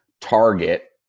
target